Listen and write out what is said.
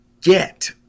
get